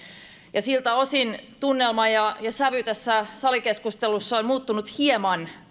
ja siltä osin tunnelma ja sävy tässä salikeskustelussa on muuttunut hieman